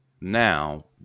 now